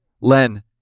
Len